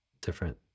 different